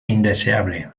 indeseable